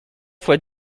fois